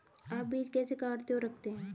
आप बीज कैसे काटते और रखते हैं?